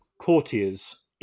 courtiers